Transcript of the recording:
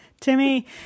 Timmy